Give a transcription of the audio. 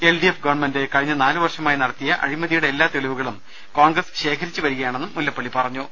L D F government കഴിഞ്ഞ നാലു വർഷമായി നടത്തിയ അഴിമതിയുടെ എല്ലാ തെളിവുകളും കോൺഗ്രസ് ശേഖരിച്ചുവരികയാണെന്ന് മുല്ലപ്പള്ളി അറിയിച്ചു